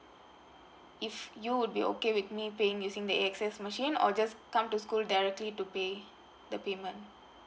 if you would be okay with me paying using the A_X_S machine or just come to school directly to pay the payment